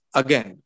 again